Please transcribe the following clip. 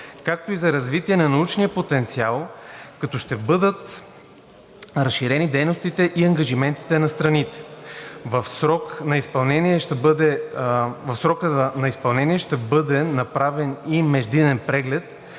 както и за развитие на научния потенциал, като ще бъдат разширени дейностите и ангажиментите на страните. В срока на изпълнение ще бъде направен и междинен преглед